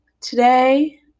today